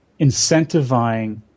incentivizing